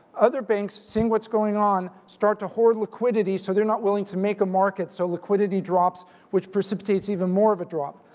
other banks seeing what's going on, start to hoard liquidity so they're not willing to make a market. so liquidity drops which precipitates even more of a drop.